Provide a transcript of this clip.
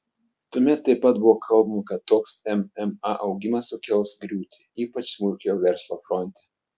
tuomet taip pat buvo kalbama kad toks mma augimas sukels griūtį ypač smulkiojo verslo fronte